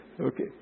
Okay